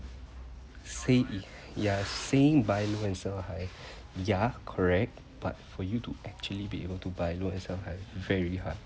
say if you're saying buy low and sell high ya correct but for you to actually be able to buy low and sell high very hard